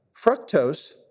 fructose